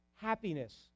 happiness